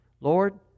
Lord